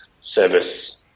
service